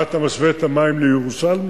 מה, אתה משווה את המים לירושלמים?